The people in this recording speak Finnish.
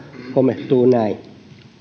homehtuu näin mutta näistä